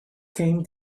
came